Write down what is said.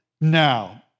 now